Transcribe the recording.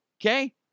okay